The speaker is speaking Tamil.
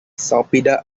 சாப்பிட